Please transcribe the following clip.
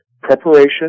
preparation